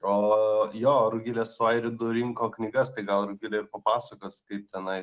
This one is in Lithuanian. o jo rugilė su airidu rinko knygas tai gal rugilė ir papasakos kaip tenai